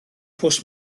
pws